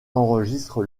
enregistre